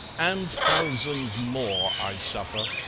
and thousands more, i suffer.